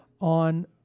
on